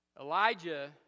Elijah